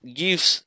gives